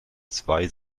zwei